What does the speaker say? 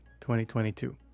2022